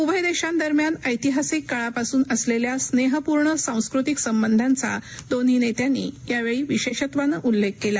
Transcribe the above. उभय देशांदरम्यान ऐतिहासिक काळापासून असलेल्या स्नेहपूर्ण सांस्कृतिक संबंधांचा दोन्ही नेत्यांनी यावेळी विशेषत्वानं उल्लेख केला